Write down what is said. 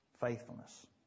faithfulness